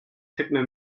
techno